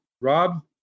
Rob